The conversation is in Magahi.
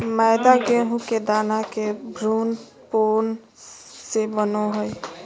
मैदा गेहूं के दाना के भ्रूणपोष से बनो हइ